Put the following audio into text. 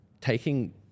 taking